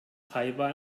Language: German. taiwan